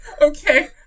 okay